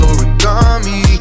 origami